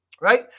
right